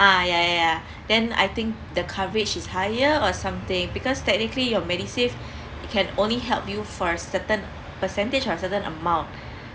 uh ya ya ya then I think the coverage is higher or something because technically your MediSave can only help you for a certain percentage or certain amount